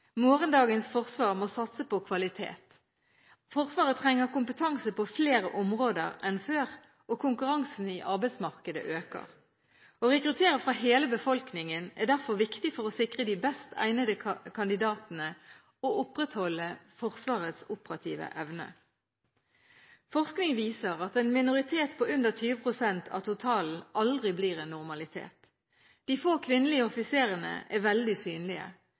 Morgendagens forsvar må satse på kvalitet. Forsvaret trenger kompetanse på flere områder enn før, og konkurransen i arbeidsmarkedet øker. Å rekruttere fra hele befolkningen er derfor viktig for å sikre de best egnede kandidatene og opprettholde Forsvarets operative evne. Forskning viser at en minoritet på under 20 pst. av totalen aldri blir en normalitet. De få kvinnelige offiserene er veldig synlige.